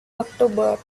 october